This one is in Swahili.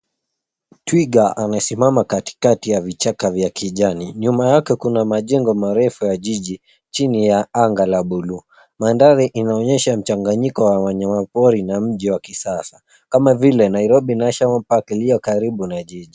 Twiga amesimama katikati ya vichaka vya kijani. Nyuma yake kuna majengo marefu ya jiji chini ya anga la buluu. Mandhari inaonyesha mchanganyiko wa wanyama pori na mji wa kisasa kama vile Nairobi National Park iliyo karibu na jiji.